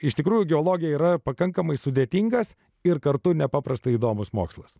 iš tikrųjų geologija yra pakankamai sudėtingas ir kartu nepaprastai įdomus mokslas